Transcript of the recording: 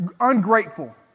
ungrateful